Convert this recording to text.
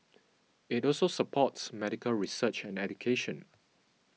it also supports medical research and education